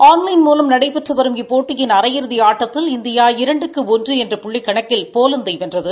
ஆள்லைள் மூலம் நடைபெற்று வரும் இப்போட்டியிள் அரை இறுதி ஆட்டத்தில் இந்தியா இரண்டுக்கு ஒன்று என்ற புள்ளி கணக்கில் போலந்தை வென்றது